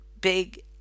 big